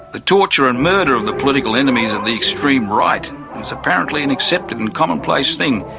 the torture and murder of the political enemies of the extreme right is apparently an accepted and commonplace thing.